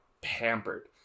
pampered